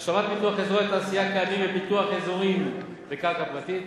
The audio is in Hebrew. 1. השלמת פיתוח אזורי תעשייה קיימים ופיתוח אזורים בקרקע פרטית: